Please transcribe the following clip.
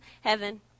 heaven